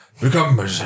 become